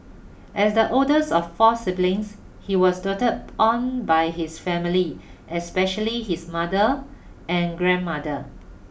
as the oldest of four siblings he was doted on by his family especially his mother and grandmother